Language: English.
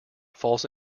falls